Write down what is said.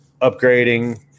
upgrading